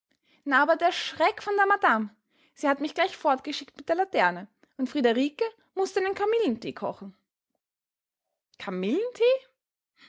na aber der schreck von der madame sie hat mich gleich fortgeschickt mit der laterne und friederike muß einen kamillenthee kochen kamillenthee